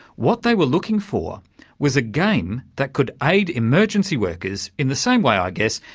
what they were looking for was a game that could aid emergency workers in the same way, i guess,